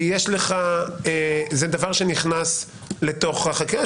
זה דבר שנכנס לתוך החקיקה.